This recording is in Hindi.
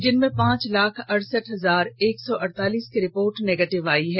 जिनमें पांच लाख अड़सठ हजार एक सौ अड़तालीस की रिपोर्ट निगेटिव मिली है